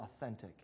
authentic